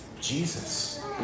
Jesus